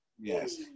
Yes